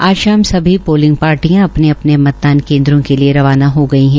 आज शाम सभी पोलिंग पार्टियां अपने अपने मतदान केन्द्र के लिये रवाना हो गई है